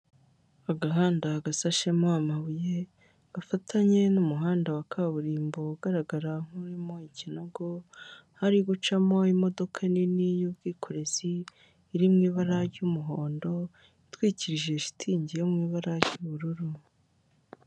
Agahanda agasashemo amabuye, gafatanye n'umuhanda wa kaburimbo ugaragara nk'urimo ikinogo hari gucamo imodoka nini y'ubwikorezi, iri mu ibara ry'umuhondo, itwikirije shitingi yo mu ibara ry'ubururu.